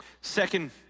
second